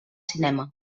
cinema